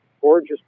gorgeous